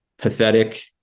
Pathetic